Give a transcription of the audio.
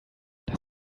das